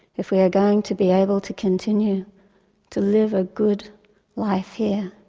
if we are going to be able to continue to live a good life here,